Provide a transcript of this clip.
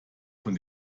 von